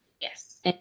yes